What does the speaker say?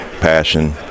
passion